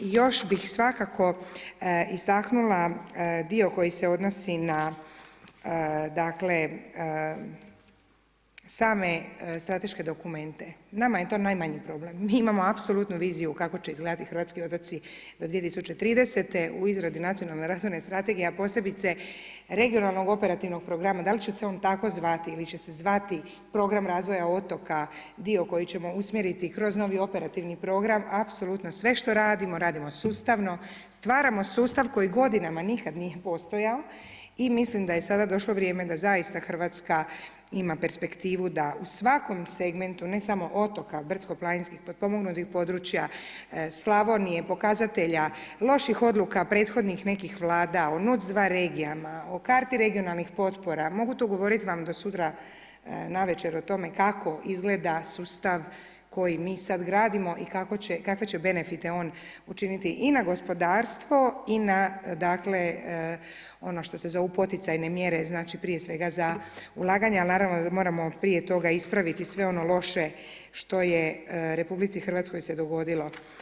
I još bih svakako istaknula dio koji se odnosi na dakle same strateške dokumente, nama je to najmanji problem, mi imamo apsolutnu viziju kako će izgledati hrvatski otoci do 2030. u izradi Nacionalne razvojne strategije, a posebice Regionalnog operativnog programa, da li će on tako zvati ili će se zvati Program razvoja otoka, dio koji ćemo usmjeriti kroz novi operativni program, apsolutno sve što radimo, radimo sustavno stvaramo sustav koji godinama nikad nije postojao i mislim da je sada došlo vrijeme da zaista Hrvatska ima perspektivu da u svakom segmentu, ne samo otoka, brdsko-planinskog, potpomognutih područja, Slavonije pokazatelja loših odluka prethodnih nekih vlada, o NUTS dva regijama, o karti regionalnih potpora, mogu tu govorit vam do sutra navečer o tome kako izgleda sustav koji mi sa gradimo i kakve će benefite on učiniti i na gospodarstvo i na dakle ono što se zovu poticajne mjere znači prije svega za ulaganja, al naravno moramo prije tog ispraviti sve ono loše što je RH se dogodilo.